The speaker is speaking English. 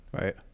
Right